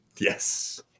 Yes